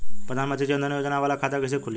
प्रधान मंत्री जन धन योजना वाला खाता कईसे खुली?